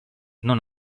non